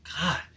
god